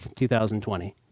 2020